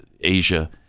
Asia